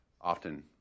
Often